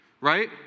right